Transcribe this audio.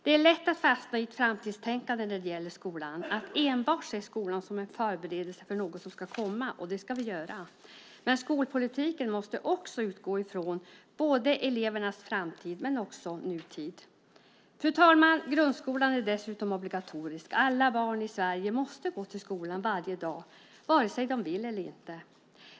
Det är lätt att fastna i ett framtidstänkande när det gäller skolan, att enbart se skolan som en förberedelse för något som ska komma. Det ska vi göra. Men skolpolitiken måste utgå både från elevernas framtid och från nutid. Fru talman! Grundskolan är dessutom obligatorisk. Alla barn i Sverige måste gå till skolan varje dag, vare sig de vill eller inte.